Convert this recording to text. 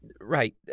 Right